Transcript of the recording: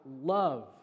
love